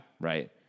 Right